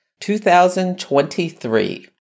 2023